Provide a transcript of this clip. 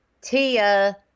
Tia